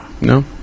No